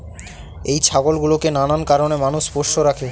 এই ছাগল গুলোকে নানান কারণে মানুষ পোষ্য রাখে